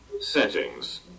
Settings